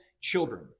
children